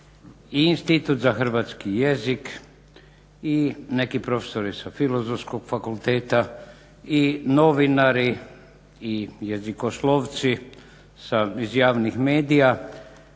i Institut za hrvatski jezik i neki profesori sa Filozofskog fakulteta i novinari i jezikoslovci iz javnih medija